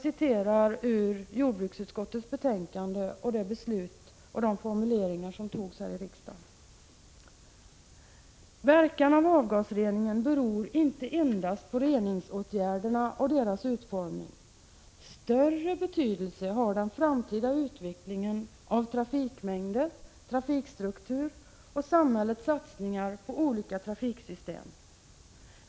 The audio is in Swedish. I jordbruksutskottets betänkande, som låg till grund för riksdagens beslut, sägs: Verkan av avgasreningen beror inte endast på reningsåtgärderna och deras utformning. Större betydelse har den framtida utvecklingen av trafikmängder, trafikstruktur och samhällets satsningar på olika trafiksystem.